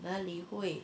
哪里会